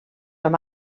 amb